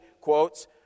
quotes